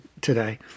today